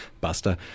Buster